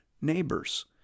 neighbors